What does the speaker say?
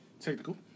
Technical